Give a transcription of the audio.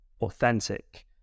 authentic